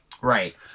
Right